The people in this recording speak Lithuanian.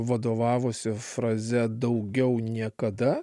vadovavosi fraze daugiau niekada